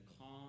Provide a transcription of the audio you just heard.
calm